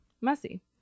messy